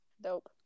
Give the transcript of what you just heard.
Dope